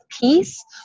peace